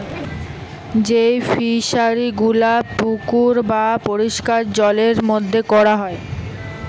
যেই ফিশারি গুলা পুকুর বা পরিষ্কার জলের মধ্যে কোরা হয়